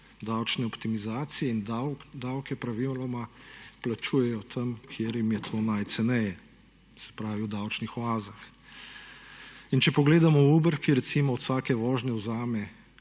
davčne optimizacije in davke praviloma plačujejo tam, kje jim je to najceneje, se pravi v davčnih oazah. In če pogledamo Uber, ki recimo od vsake vožnje vzame